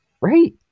Right